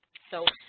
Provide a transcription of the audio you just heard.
so,